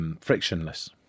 Frictionless